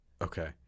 Okay